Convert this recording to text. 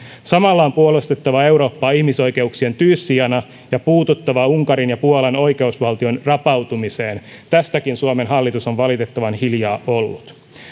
samalla on puolustettava eurooppaa ihmisoikeuksien tyyssijana ja puututtava unkarin ja puolan oikeusvaltion rapautumiseen tästäkin suomen hallitus on valitettavan hiljaa ollut